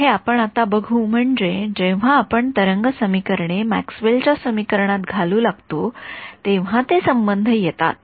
हे आपण आता बघू म्हणजे जेव्हा आपण तरंग समीकरणे मॅक्सवेल च्या समीकरणात घालू लागतो तेव्हा ते संबंध येतात